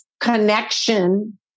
connection